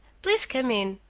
please come in.